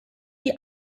die